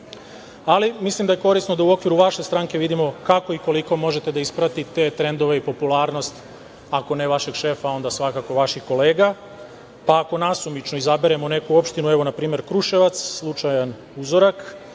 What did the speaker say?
ali mislim da je korisno da u okviru vaše stranke vidimo kako i koliko možete da ispratite trendove i popularnost, ako ne vašeg šefa, onda svakako vaših kolega. Ako nasumično izaberemo neku opštinu, evo npr. Kruševac, slučajan uzorak,